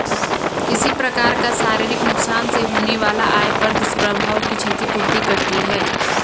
किसी प्रकार का शारीरिक नुकसान से होने वाला आय पर दुष्प्रभाव की क्षति पूर्ति करती है